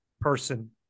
person